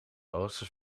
hoogste